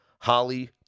Holly